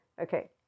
Okay